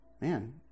Man